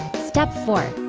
step four.